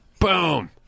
Boom